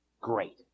Great